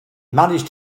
managed